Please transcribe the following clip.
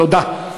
תודה.